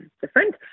different